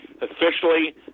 Officially